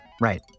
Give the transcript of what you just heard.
right